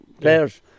players